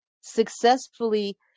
successfully